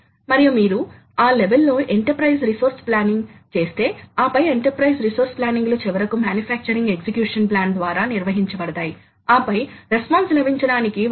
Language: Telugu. మరోవైపు స్పిండిల్ డ్రైవ్ లు చాలా కాంపాక్ట్ పరిమాణంలో ఉండాలి ఎందుకంటే వాటిని సాధారణంగా ఒక కుదురు పై అమర్చాలి అవి ఎక్కువ తీసుకోకూడదు ఉండకూడదు